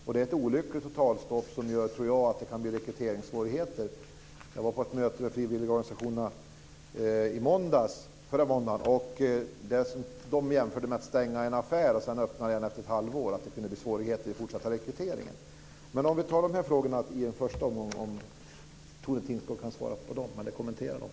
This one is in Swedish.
Det är ett olyckligt totalstopp som jag tror kan göra att det blir rekryteringssvårigheter. Jag var på ett möte med frivilligorganisationer förra måndagen. De jämförde detta med att stänga en affär och sedan öppna den igen efter ett halvår. Det kan bli svårigheter med den fortsatta rekryteringen. Vi kan ta de här frågorna i en första omgång. Det vore bra om Tone Tingsgård kunde kommentera dem.